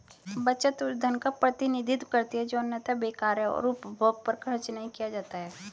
बचत उस धन का प्रतिनिधित्व करती है जो अन्यथा बेकार है और उपभोग पर खर्च नहीं किया जाता है